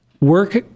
Work